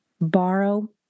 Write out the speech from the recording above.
borrow